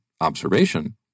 observation